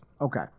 Okay